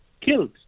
killed